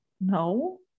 no